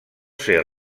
ser